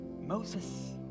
Moses